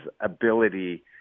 ability